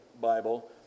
Bible